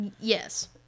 Yes